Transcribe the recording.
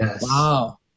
Wow